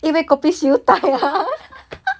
you kopi siew dai